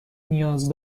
نیاز